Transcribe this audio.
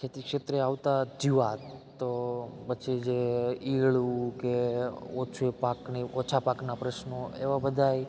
ખેતીક્ષેત્રે આવતા જીવાત તો પછી જે ઈયળું કે ઓછે પાકની ઓછા પાકના પ્રશ્નો એવાં બધાંય